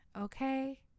Okay